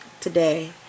today